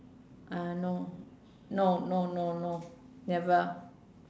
uh no no no no no never